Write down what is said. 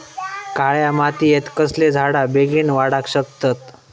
काळ्या मातयेत कसले झाडा बेगीन वाडाक शकतत?